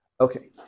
Okay